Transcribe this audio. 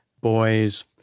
boys